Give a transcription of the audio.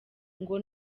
ngo